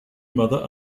mother